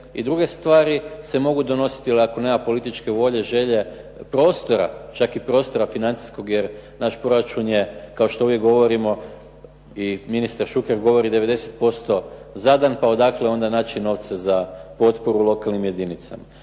i druge stvari se mogu donositi, jer ako nema političke volje, želje, prostora, čak i prostora financijskog jer naš proračun je kao što uvijek govorimo i ministar Šuker govori 90% zadan, pa odakle onda naći novca za potporu lokalnim jedinicama.